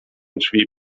drzwi